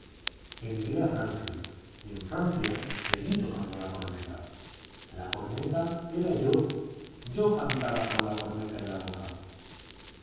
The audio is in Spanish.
a francia y en francia seguí tocando la corneta la corneta era yo yo cantaba con la corneta en la boca